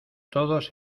todos